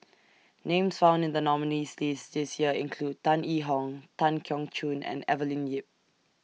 Names found in The nominees' list This Year include Tan Yee Hong Tan Keong Choon and Evelyn Lip